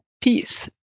peace